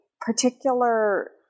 particular